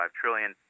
trillion